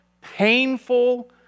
painful